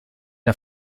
der